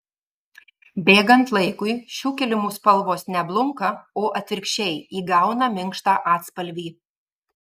bėgant laikui šių kilimų spalvos ne blunka o atvirkščiai įgauna minkštą atspalvį